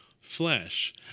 flesh